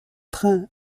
train